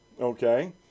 Okay